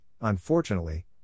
unfortunately